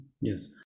Yes